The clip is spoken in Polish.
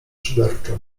szyderczo